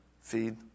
feed